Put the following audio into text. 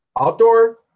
outdoor